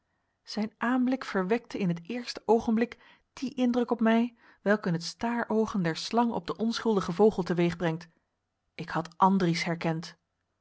zijn aanblik verwekte in het eerste oogenblik dien indruk op mij welken het staroogen der slang op den onschuldigen vogel teweeg brengt ik had andries herkend